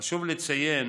חשוב לציין